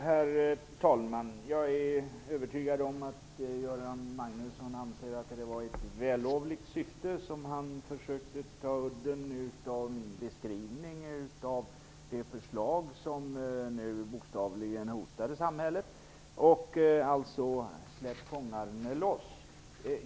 Herr talman! Jag är övertygad om att Göran Magnusson tyckte att det var i vällovligt syfte som han försökte ta udden av min beskrivning av detta förslag som nu bokstavligen hotar samhället: Släpp fångarne loss!